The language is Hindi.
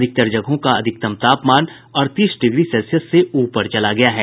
अधिकांश जगहों का अधिकतम तापमान अड़तीस डिग्री सेल्सियस से ऊपर चला गया है